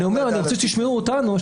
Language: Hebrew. אני אומר שאני רוצה שתשמעו אותנו.